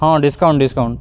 ହ discount discount